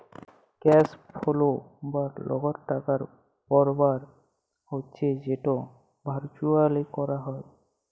cash flow বা লগদ টাকার পরবাহ হচ্যে যেট ভারচুয়ালি ক্যরা হ্যয়